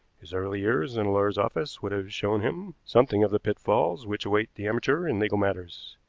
his early years in a lawyer's office would have shown him something of the pitfalls which await the amateur in legal matters.